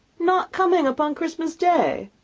not coming upon christmas day!